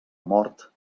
mort